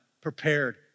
prepared